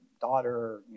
daughter